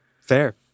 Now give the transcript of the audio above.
Fair